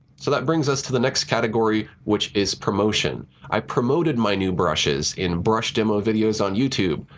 so that brings us to the next category, which is promotion. i promoted my new brushes in brush demo videos on youtube.